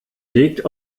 legt